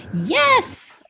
Yes